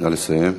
נא לסיים.